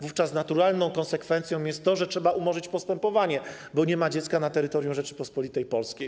Wówczas naturalną konsekwencją jest to, że trzeba umorzyć postępowanie, bo nie ma dziecka na terytorium Rzeczypospolitej Polskiej.